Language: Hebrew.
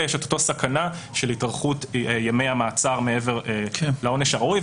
יש את אותה סכנה של התארכות ימי המעצר מעבר לעונש הראוי.